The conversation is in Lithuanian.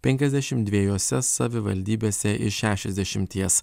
penkiasdešim dvejose savivaldybėse iš šešiasdešimies